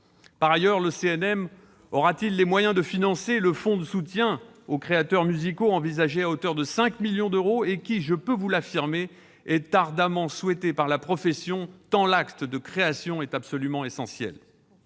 Par ailleurs, le CNM aura-t-il les moyens de financer le fonds de soutien aux créateurs musicaux, envisagé à hauteur de 5 millions d'euros et dont la mise en place, je peux vous l'affirmer, est ardemment souhaitée par la profession, tant l'acte de création est absolument essentiel